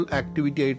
activity